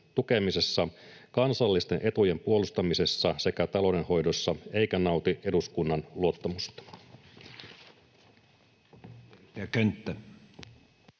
tukemisessa, kansallisten etujen puolustamisessa sekä taloudenhoidossa eikä nauti eduskunnan luottamusta.”